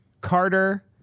Carter